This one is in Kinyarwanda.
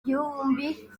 gihumbi